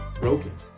broken